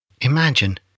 Imagine